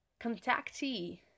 Contactee